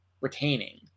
retaining